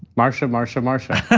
marsha, marsha, marsha.